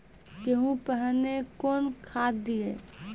गेहूँ पहने कौन खाद दिए?